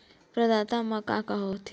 प्रदाता मा का का हो थे?